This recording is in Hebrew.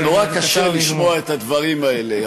זה נורא קשה לשמוע את הדברים האלה,